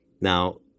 Now